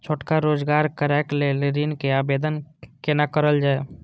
छोटका रोजगार करैक लेल ऋण के आवेदन केना करल जाय?